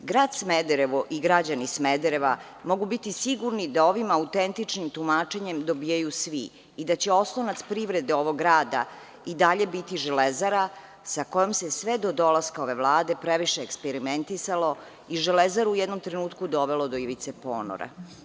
Grad Smederevo i građani Smedereva mogu biti sigurni da ovim autentičnim tumačenjem dobijaju svi i da će oslonac privrede ovog grada i dalje biti „Železara“ sa kojom se sve do dolaska ove Vlade previše eksperimentisalo i „Železaru“ u jednom trenutku dovelo do ivice ponora.